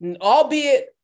albeit